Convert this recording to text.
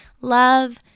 Love